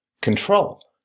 control